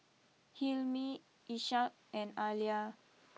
Hilmi Ishak and Alya